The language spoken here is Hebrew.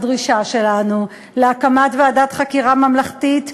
לדרישה שלנו להקמת ועדת חקירה ממלכתית,